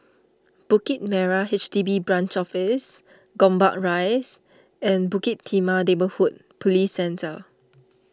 Bukit Merah H D B Branch Office Gombak Rise and Bukit Timah Neighbourhood Police Centre